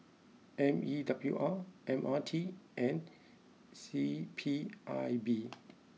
M E W R M R T and C P I B